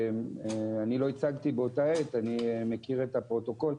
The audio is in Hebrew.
אני לא ייצגתי באותה עת, אני מכיר את הפרוטוקול.